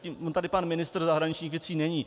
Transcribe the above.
On tady pan ministr zahraničních věcí není.